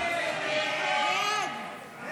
הסתייגות 1690 לא